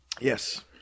Yes